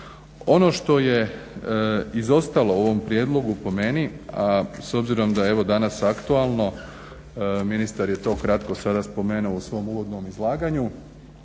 Ono što je izostalo u ovom prijedlogu po meni a s obzirom da je evo danas aktualno, ministar je to kratko sada spomenuo u svom uvodnom izlaganju.